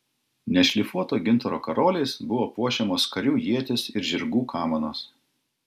nešlifuoto gintaro karoliais buvo puošiamos karių ietys ir žirgų kamanos